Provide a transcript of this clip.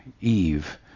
Eve